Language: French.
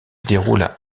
déroule